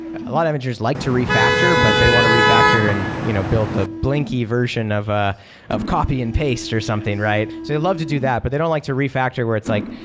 a lot of engineers like to refactor, but they want to refactor and you know build the blinky version of ah of copy and paste or something. so they love to do that, but they don't like to refactor where it's like,